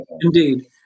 indeed